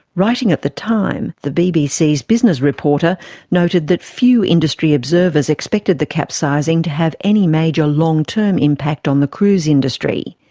writing at the time, the bbc's business reporter noted that few industry observers expected the capsizing to have any major long-term impact on the cruise industry.